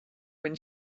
when